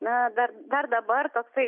na dar dar dabar toksai